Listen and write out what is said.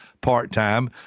part-time